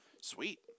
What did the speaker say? Sweet